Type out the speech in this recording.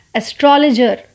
astrologer